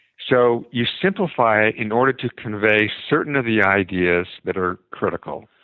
so you simplify it in order to convey certain of the ideas that are critical,